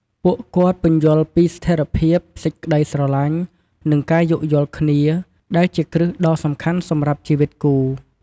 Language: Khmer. ពួកគាត់ពន្យល់ ពីស្ថិរភាព សេចក្ដីស្រឡាញ់ និងការយោគយល់គ្នា ដែលជាគ្រឹះដ៏សំខាន់សម្រាប់ជីវិតគូ។